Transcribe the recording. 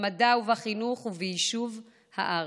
במדע ובחינוך וביישוב הארץ.